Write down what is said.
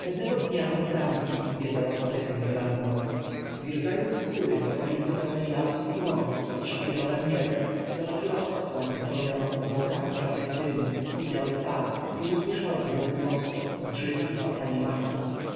pewnego dnia we francyi zwiedzała fabrykę żelazną zjeżdżając z góry w okolicy pełnej lasów i łąk pod szafirowem niebem zobaczyła otchłań wypełnioną obłokami czarnych dymów i białych par i usłyszała głuchy łoskot zgrzyt i sapanie machin